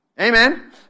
Amen